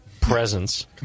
presence